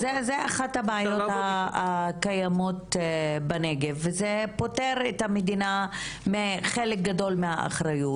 זו אחת הבעיות הקיימות בנגב וזה פוטר את המדינה מחלק גדול מהאחריות,